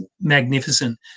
magnificent